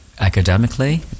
Academically